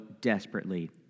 desperately